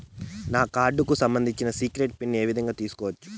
నా కార్డుకు సంబంధించిన సీక్రెట్ పిన్ ఏ విధంగా తీసుకోవచ్చు?